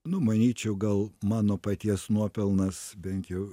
nu manyčiau gal mano paties nuopelnas bent jau